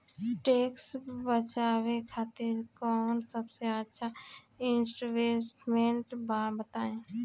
Tax बचावे खातिर कऊन सबसे अच्छा इन्वेस्टमेंट बा बताई?